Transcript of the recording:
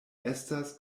estas